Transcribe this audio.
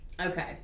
okay